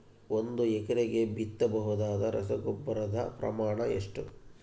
ಒಂದು ಎಕರೆಗೆ ಬಿತ್ತಬಹುದಾದ ರಸಗೊಬ್ಬರದ ಪ್ರಮಾಣ ಎಷ್ಟು?